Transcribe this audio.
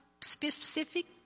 specific